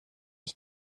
ich